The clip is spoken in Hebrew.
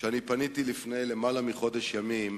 שאני פניתי לפני יותר מחודש ימים